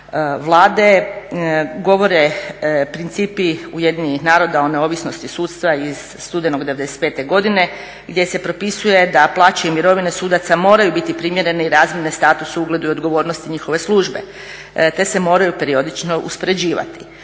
Vlade, govore principu UN-a o neovisnosti sudstva iz studenog '95. godine gdje se propisuje da plaće i mirovine sudaca moraju biti primjerene i razmjerne statusu, ugledu i odgovornosti njihove službe te se moraju periodično uspoređivati.